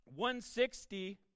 160